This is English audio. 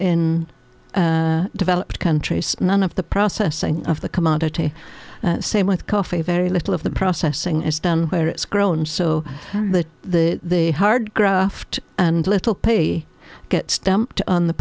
in developed countries none of the processing of the commodity same with coffee very little of the processing is done where it's grown so that the hard graft and little pay gets dumped on the